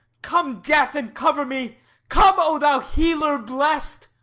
come, death, and cover me come, o thou healer blest!